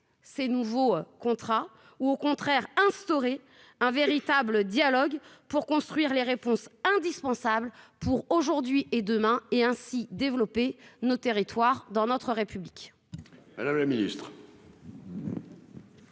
ces nouveaux contrats ou, au contraire, instaurer un véritable dialogue pour construire les réponses indispensables pour aujourd'hui comme pour demain et, ainsi, développer les territoires de notre République